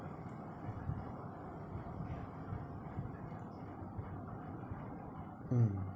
mm